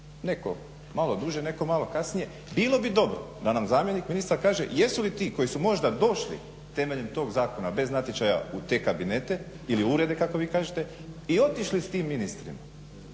netko malo duže, netko malo kasnije. Bilo bi dobro da nam zamjenik ministra kaže jesu li ti koji su možda došli temeljem tog zakona bez natječaja u te kabinete ili urede kako vi kažete i otišli s tim ministrima,